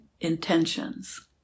intentions